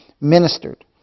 ministered